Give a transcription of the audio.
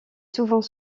souvent